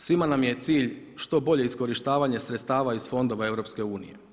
Svima nam je cilj što bolje iskorištavanje sredstava iz fondova EU.